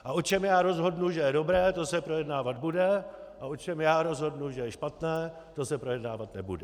A o čem já rozhodnu, že je dobré, to se projednávat bude, a o čem já rozhodnu, že je špatné, to se projednávat nebude.